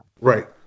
Right